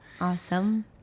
Awesome